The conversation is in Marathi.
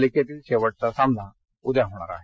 मालिकेतील शेवटचा सामना उद्या होणार आहे